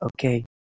Okay